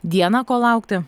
dieną ko laukti